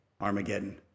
Armageddon